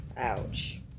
Ouch